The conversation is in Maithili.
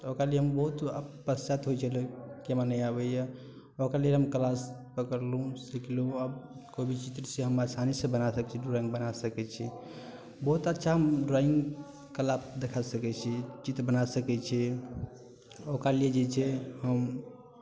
ओकरा लिये हमरा बहुत पश्चाताप होइ छलै कि हमरा नहि आबैये ओकरा लिये हम क्लास पकड़लहुँ सिखलहुँ आब कोइ भी चित्रसे हम आसानीसँ बना सकै छी ड्रॉइंग बना सकै छी बहुत अच्छा हम ड्रॉइंग कला देखा सकै छी चित्र बना सकै छी ओकरा लिये जे छै हम